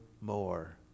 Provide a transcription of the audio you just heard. more